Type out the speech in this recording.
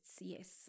yes